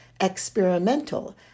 experimental